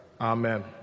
Amen